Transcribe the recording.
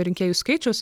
rinkėjų skaičius